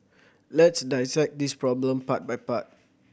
let's dissect this problem part by part